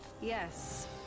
Yes